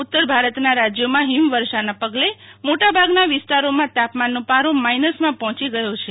ઉતર ભારતના રાજ્યોમાં ફિમવર્ષાનાં પગલે મોટા ભાગના વિસ્તા તાપમાનનો પારો માઈનસમાં પહોચી ગયો છે